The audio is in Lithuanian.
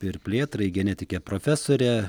ir plėtrai genetikė profesorė